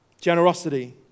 Generosity